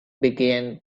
began